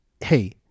hey